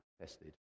tested